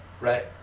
right